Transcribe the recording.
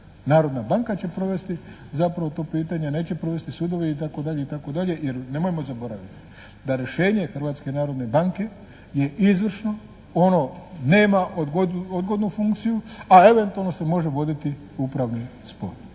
Narodna banka će provesti zapravo to pitanje a neće provesti sudovi itd. jer nemojmo zaboraviti da rješenje Hrvatske narodne banke je izvršno. Ono nema odgodnu funkciju a eventualno se može voditi upravni spor.